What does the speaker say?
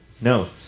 No